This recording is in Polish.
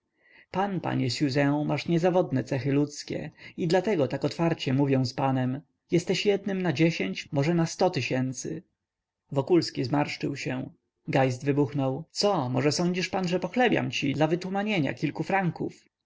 pan panie siuzę masz niezawodnie cechy ludzkie i dlatego tak otwarcie mówię z panem jesteś jednym na dziesięć może na sto tysięcy wokulski zmarszczył się geist wybuchnął co może sądzisz pan że pochlebiam ci dla wytumanienia kilku franków